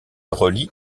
relie